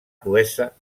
cruesa